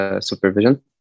supervision